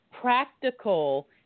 Practical